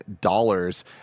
dollars